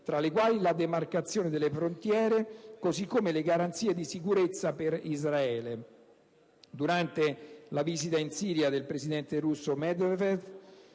tra le quali la demarcazione delle frontiere, così come le garanzie di sicurezza per Israele. Durante la visita in Siria del presidente russo Medvedev,